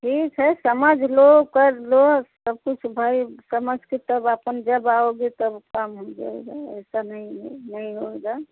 ठीक है समझ लो कर लो सब कुछ भाई समझ के तब अपन जब आओगे तब काम हो जाएगा ऐसा नहीं है नहीं होगा